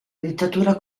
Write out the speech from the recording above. dittatura